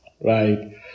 right